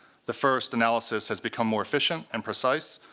the first, analysis, has become more efficient and precise,